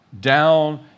down